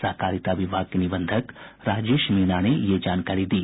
सहकारिता विभाग के निबंधक राजेश मीणा ने ये जानकारी दी